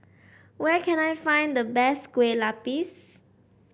where can I find the best Kueh Lupis